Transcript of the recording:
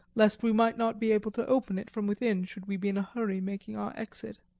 lest we might not be able to open it from within should we be in a hurry making our exit.